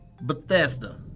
Bethesda